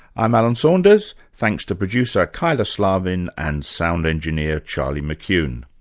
i'm alan saunders. thanks to producer kyla slaven and sound engineer, charlie mckune.